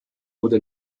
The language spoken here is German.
wurde